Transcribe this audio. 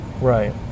Right